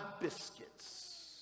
biscuits